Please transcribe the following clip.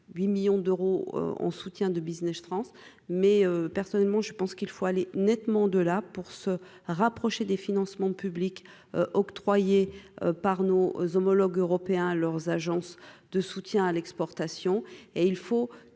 8 millions d'euros en soutien de Business France mais personnellement je pense qu'il faut aller nettement de la pour se rapprocher des financements publics octroyés par nos homologues européens, leurs agences de soutien à l'exportation